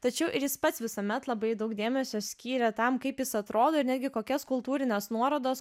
tačiau ir jis pats visuomet labai daug dėmesio skyrė tam kaip jis atrodo ir netgi kokias kultūrines nuorodas